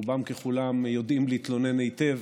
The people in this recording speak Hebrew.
רובם ככולם יודעים להתלונן היטב,